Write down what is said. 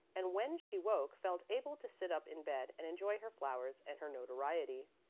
and when she woke felt able to sit up in bed and enjoy her flowers and her notoriety.